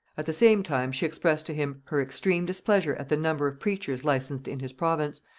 at the same time she expressed to him her extreme displeasure at the number of preachers licensed in his province,